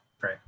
Right